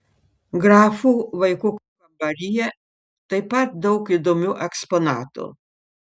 grafų vaikų kambaryje taip pat daug įdomių eksponatų